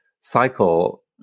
cycle